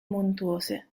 montuose